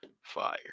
fire